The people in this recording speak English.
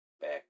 back